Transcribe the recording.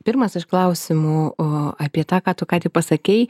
pirmas iš klausimų o apie tą ką tu ką tik pasakei